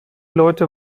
leute